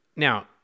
Now